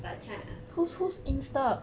but chi~